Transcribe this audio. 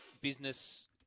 business